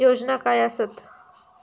योजना काय आसत?